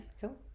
cool